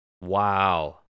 Wow